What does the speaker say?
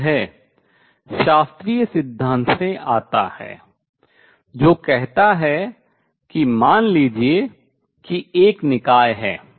और यह शास्त्रीय सिद्धांत से आता है जो कहता है कि मान लीजिए कि एक निकाय है